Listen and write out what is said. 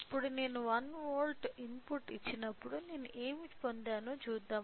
ఇప్పుడు నేను 1 volt input ఇచ్చినప్పుడు నేను ఏమి పొందానో చూద్దాం